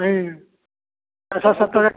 नहीं ऐसा सब तर रेट